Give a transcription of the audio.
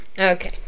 okay